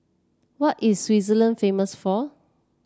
what is Switzerland famous for